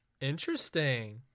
Interesting